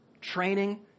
Training